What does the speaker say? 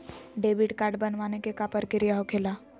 Debit card बनवाने के का प्रक्रिया होखेला?